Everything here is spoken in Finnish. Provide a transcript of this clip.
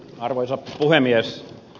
arvoisa puhemies